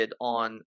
on